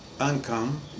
income